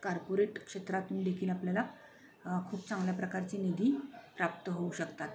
corporate क्षेत्रातून देखील आपल्याला खूप चांगल्या प्रकारची निधी प्राप्त होऊ शकतात